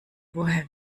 woher